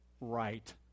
Right